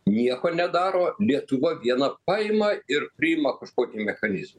nieko nedaro lietuva viena paima ir priima kažkokį mechanizmą